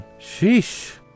Sheesh